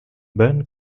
ben